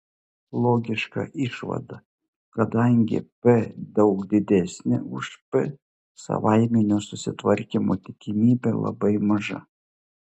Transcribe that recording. logiška išvada kadangi p daug didesnė už p savaiminio susitvarkymo tikimybė labai maža